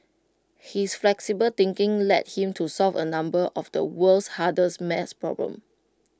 his flexible thinking led him to solve A number of the world's hardest maths problems